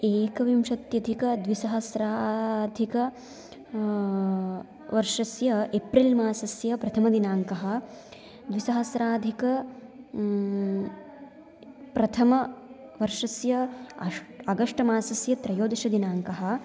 एकविंशत्यधिकद्विसहस्राधिक वर्षस्य एप्रिल् मासस्य प्रथमदिनाङ्कः द्विसहस्राधिक प्रथमवर्षस्य अष् अगस्ट् मासस्य त्रयोदशदिनाङ्कः